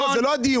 לא, זה לא הדיון.